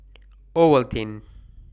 Ovaltine